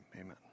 Amen